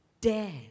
dare